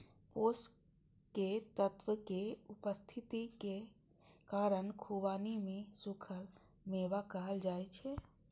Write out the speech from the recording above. पोषक तत्वक उपस्थितिक कारण खुबानी कें सूखल मेवा कहल जाइ छै